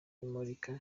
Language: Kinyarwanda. imurika